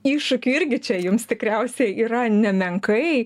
iššūkių irgi čia jums tikriausiai yra nemenkai